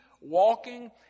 walking